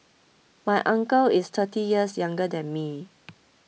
my uncle is thirty years younger than me